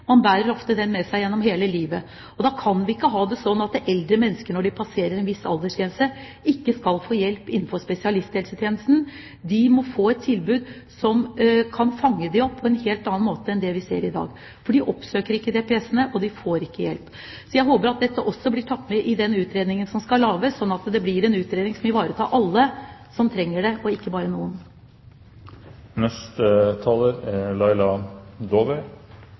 Man bærer ofte sykdommen med seg hele livet. Da kan vi ikke ha det sånn at eldre mennesker når de passerer en viss aldersgrense, ikke skal få hjelp innenfor spesialisthelsetjenesten. Det må være et tilbud som kan fange dem opp på en helt annen måte enn det vi ser i dag, for de oppsøker ikke DPS-ene, og de får ikke hjelp. Jeg håper at dette også blir tatt med i den utredningen som skal lages, sånn at det blir en utredning som vil ivareta alle som trenger det, og ikke bare